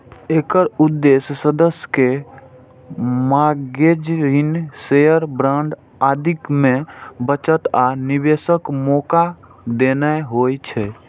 एकर उद्देश्य सदस्य कें मार्गेज, ऋण, शेयर, बांड आदि मे बचत आ निवेशक मौका देना होइ छै